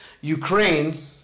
Ukraine